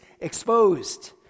exposed